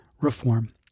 reform